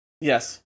Yes